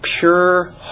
pure